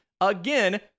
Again